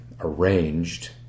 arranged